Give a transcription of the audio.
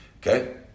Okay